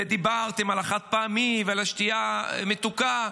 ודיברתם על החד-פעמי ועל השתייה המתוקה,